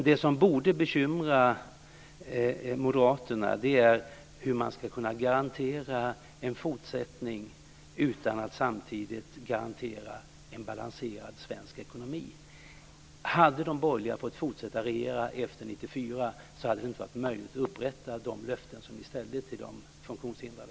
Det som borde bekymra Moderaterna är hur man skall kunna garantera en fortsättning utan att samtidigt garantera en balanserad svensk ekonomi. Om de borgerliga hade fått fortsätta regera efter 1994 hade det inte varit möjligt att uppfylla de löften som ni gav till de funktionshindrade.